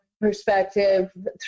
perspective